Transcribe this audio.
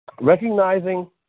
recognizing